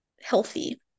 healthy